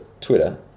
Twitter